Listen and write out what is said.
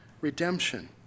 redemption